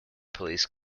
police